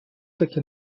таки